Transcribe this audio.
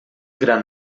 gran